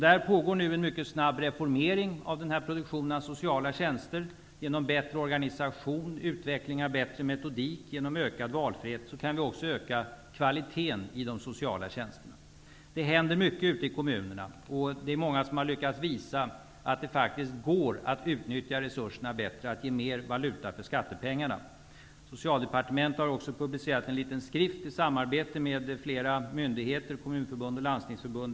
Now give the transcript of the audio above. Där pågår en mycket snabb reformering av produktionen av sociala tjänster genom bättre organisation och utveckling av bättre metodik. Genom ökad valfrihet kan vi också öka kvaliteten i de sociala tjänsterna. Det händer mycket ute i kommunerna. Många har lyckats visa att det faktiskt går att utnyttja re surserna bättre, att ge mer valuta för skattepeng arna. Socialdepartementet har också publicerat en li ten skrift i samarbete med flera myndigheter och dessutom kommunförbund och landstingsför bund.